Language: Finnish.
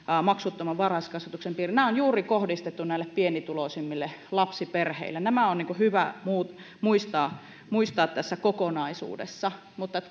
maksuttoman varhaiskasvatuksen piiriin nämä on kohdistettu juuri näille pienituloisimmille lapsiperheille nämä on hyvä muistaa muistaa tässä kokonaisuudessa mutta